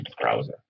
browser